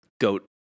goat